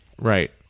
right